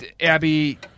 Abby